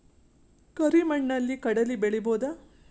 ಕರಿ ಮಣ್ಣಲಿ ಕಡಲಿ ಬೆಳಿ ಬೋದ?